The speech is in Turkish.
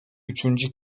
üçüncü